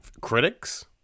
Critics